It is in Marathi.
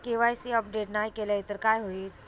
के.वाय.सी अपडेट नाय केलय तर काय होईत?